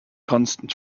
constant